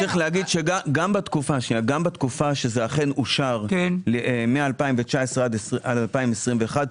גם בתקופה שזה אושר אכן מ-2019 עד 2021,